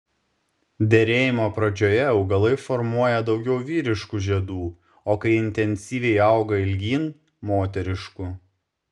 derėjimo pradžioje augalai formuoja daugiau vyriškų žiedų o kai intensyviai auga ilgyn moteriškų